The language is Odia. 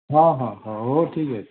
ହଁ ହଁ ହଁ ହଉ ଠିକ୍ ଅଛି